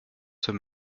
trois